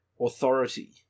authority